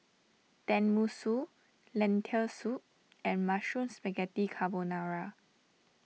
Tenmusu Lentil Soup and Mushroom Spaghetti Carbonara